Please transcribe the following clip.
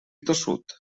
tossut